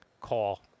call